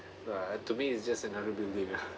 but to me it's just another building lah